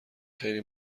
خیلی